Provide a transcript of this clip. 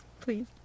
please